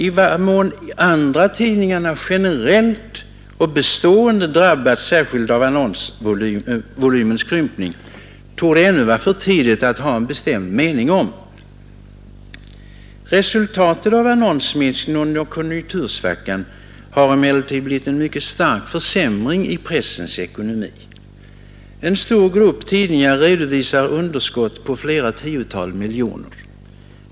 I vad mån andratidningarna generellt och bestående drabbas särskilt av annonsvolymens krympning torde ännu vara för tidigt att ha en bestämd mening om. Resultatet av annonsminskningen under konjunktursvackan har emellertid blivit en mycket stark försämring i pressens ekonomi. En stor grupp tidningar redovisar underskott på flera tiotal miljoner.